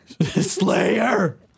Slayer